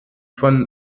von